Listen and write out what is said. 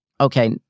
Okay